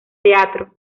teatro